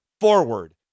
forward